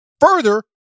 Further